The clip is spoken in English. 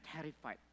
terrified